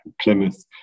Plymouth